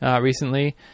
recently